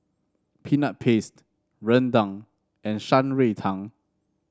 Peanut Paste rendang and Shan Rui Tang